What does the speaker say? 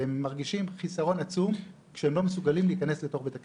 והם מרגישים חסרון עצום כשהם לא מצליחים להיכנס לבית הכנסת.